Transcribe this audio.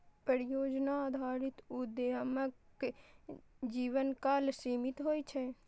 परियोजना आधारित उद्यमक जीवनकाल सीमित होइ छै